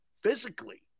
physically